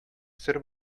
сер